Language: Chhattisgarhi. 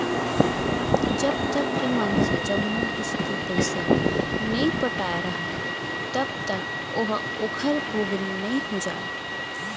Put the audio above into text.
जब तक के मनसे जम्मो किस्ती पइसा नइ पटाय राहय तब तक ओहा ओखर पोगरी नइ हो जाय